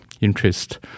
interest